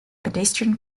pedestrian